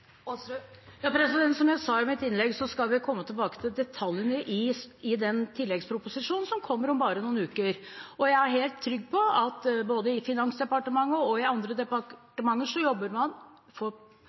Som jeg sa i mitt innlegg, skal vi komme tilbake til detaljene i tilleggsproposisjonen som kommer om bare noen uker. Jeg er helt trygg på at man både i Finansdepartementet og i andre